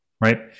Right